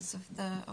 המשאבים של המדינה.